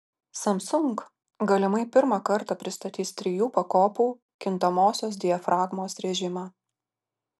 samsung galimai pirmą kartą pristatys trijų pakopų kintamosios diafragmos rėžimą